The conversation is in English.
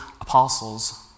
apostles